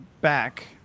back